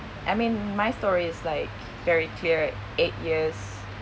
I mean my story is like very clear eight years